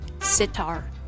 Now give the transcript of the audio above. Sitar